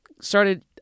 started